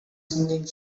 singing